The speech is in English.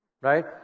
Right